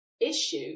issue